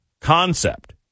concept